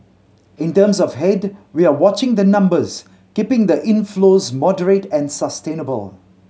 in terms of head we are watching the numbers keeping the inflows moderate and sustainable